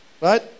Right